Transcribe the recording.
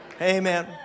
Amen